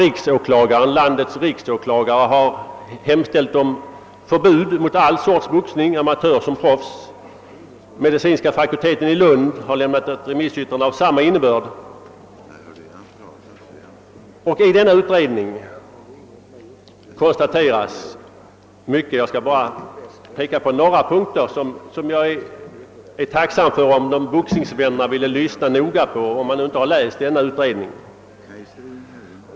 Bland annat har landets riksåklagare hemställt om förbud mot all sorts boxning, såväl amatörsom proffsboxning. Medicinska fakulteten i Lund har lämnat ett remissyttrande med samma innebörd. I denna utredning konstateras mycket. Jag skall bara peka på några punkter och är tacksam om boxningsvännerna vill lyssna noga för den händelse de inte har tagit del av utredningen.